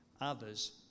others